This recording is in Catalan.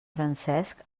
francesc